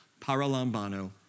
Paralambano